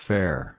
Fair